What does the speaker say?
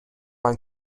man